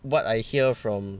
what I hear from